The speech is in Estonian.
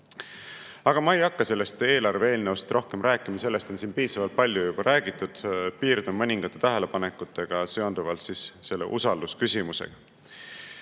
ma ei hakka sellest eelarve eelnõust rohkem rääkima, sellest on siin piisavalt räägitud. Piirdun mõningate tähelepanekutega seonduvalt usaldusküsimusega.